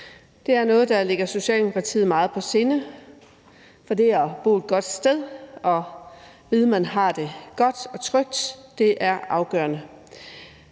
Det er noget, der ligger Socialdemokratiet meget på sinde, for det at bo et godt sted og vide, at man har det godt og trygt, er afgørende.